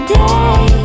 day